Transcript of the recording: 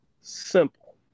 simple